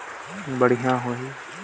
धान पक्की से बरसात हो जाय तो कइसे हो ही?